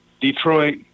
Detroit